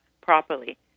properly